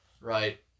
Right